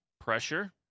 Pressure